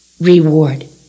reward